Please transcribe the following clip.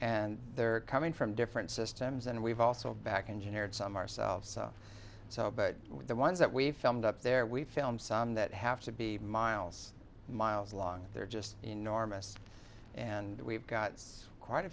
and they're coming from different systems and we've also back engineered some ourselves so but the ones that we filmed up there we filmed some that have to be miles and miles long they're just enormous and we've got it's quite a